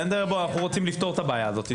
אנחנו רוצים לפתור את הבעיה הזאת.